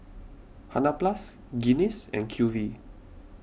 Hansaplast Guinness and Q V